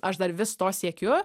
aš dar vis to siekiu